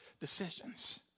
decisions